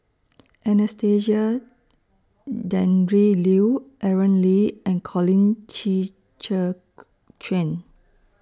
Anastasia Tjendri Liew Aaron Lee and Colin Qi Zhe Quan